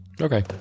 Okay